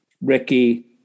ricky